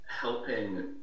helping